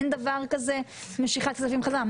אין דבר כזה משיכת כספים חזרה.